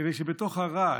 כדי שבתוך הרעש,